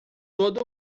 todo